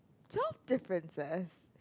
tell differences